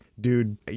dude